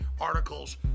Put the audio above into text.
articles